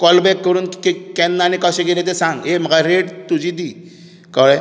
call back करून केन्ना आनी कशें कितें तें सांग ए म्हाका रेट तुजी दी कळ्ळें